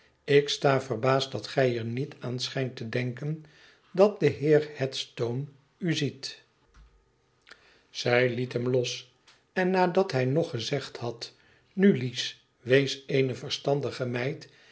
ik sta verbaasd dat gij er niet aan schijnt te denken dat de heer headstone u ziet zij liet hem los en nadat hij nog gezegd had nu lies wees eene verstandige meid